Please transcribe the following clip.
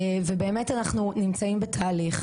באמת אנחנו נמצאים בתהליך.